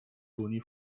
toni